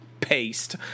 Paste